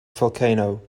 volcano